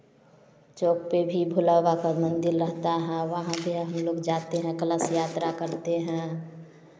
चौक पर भी भुलावा का मंदिर रहता है वहाँ पर हम लोग जाते हैं कलश यात्रा करते हैं